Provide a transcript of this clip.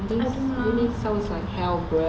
uni sounds like hell bruh